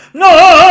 no